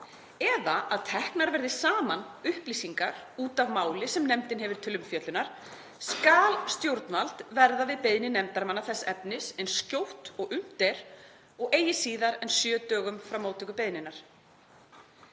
eða að teknar verði saman upplýsingar út af máli sem nefndin hefur til umfjöllunar skal stjórnvald verða við beiðni nefndarmanna þess efnis eins skjótt og unnt er og eigi síðar en sjö dögum frá móttöku beiðninnar.